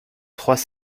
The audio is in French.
trois